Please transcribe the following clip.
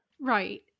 Right